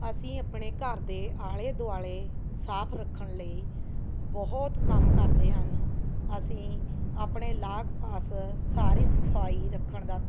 ਅਸੀਂ ਆਪਣੇ ਘਰ ਦੇ ਆਲ਼ੇ ਦੁਆਲ਼ੇ ਸਾਫ਼ ਰੱਖਣ ਲਈ ਬਹੁਤ ਕੰਮ ਕਰਦੇ ਹਨ ਅਸੀਂ ਆਪਣੇ ਲਾਗ ਪਾਸ ਸਾਰੀ ਸਫ਼ਾਈ ਰੱਖਣ ਦਾ